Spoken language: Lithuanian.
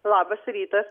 labas rytas